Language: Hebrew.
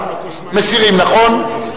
מסירים, נכון?